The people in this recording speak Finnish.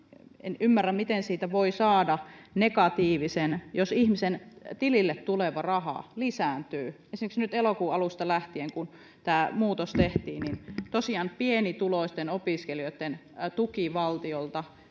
en ymmärrä miten siitä voi saada negatiivisen jos ihmisen tilille tuleva raha lisääntyy esimerkiksi nyt elokuun alusta lähtien kun tämä muutos tehtiin tosiaan pienituloisten opiskelijoitten tuki valtiolta